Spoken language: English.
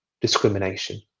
discrimination